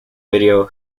video